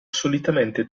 solitamente